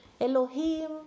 Elohim